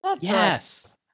Yes